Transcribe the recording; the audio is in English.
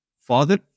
father